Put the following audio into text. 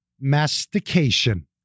mastication